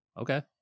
Okay